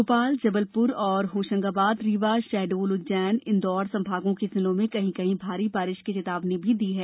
भोपाल जबलपुर और होशंगाबाद रीवा शहडोल उज्जैन इंदौर संभागों के जिलों में कहीं कहीं भारी बारिश की चेतावनी भी दी है